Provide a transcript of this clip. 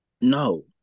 No